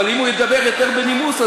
אבל אם הוא ידבר יותר בנימוס,